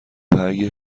اگه